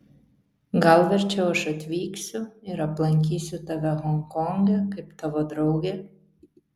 gal verčiau aš atvyksiu ir aplankysiu tave honkonge kaip tavo draugė